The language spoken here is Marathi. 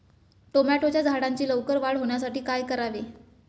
टोमॅटोच्या झाडांची लवकर वाढ होण्यासाठी काय करावे?